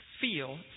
feel